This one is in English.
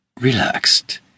relaxed